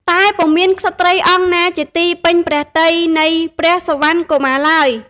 តែពុំមានក្សត្រីអង្គណាជាទីពេញព្រះទ័យនៃព្រះសុវណ្ណកុមារឡើយ។